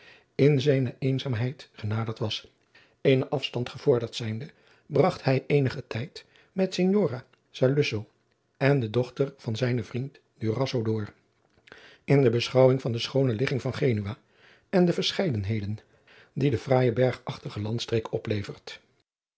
in zijne eenzaamheid genaderd was eenen afstand gevorderd zijnde bragt hij eenigen tijd met signora saluzzo en de dochter van zijnen vriend durazzo door in de beschouwing van de schoone ligging van genua en de verscheidenheden die de fraaije bergachtige landstreek oplevert